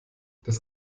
das